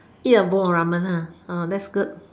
ya bowl of ramen that's good